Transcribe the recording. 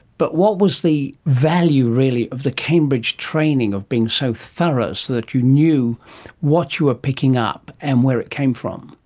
but what was the value really of the cambridge training of being so thorough so that you knew what you were picking up and where it came from?